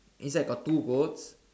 inside got two goats